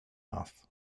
off